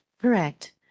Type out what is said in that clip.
Correct